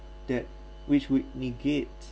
that which would negate